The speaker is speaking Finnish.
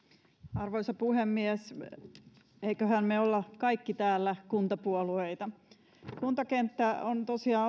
arvoisa puhemies emmeköhän me kaikki täällä ole kuntapuolueita kuntakenttä on tosiaan